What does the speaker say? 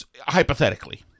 hypothetically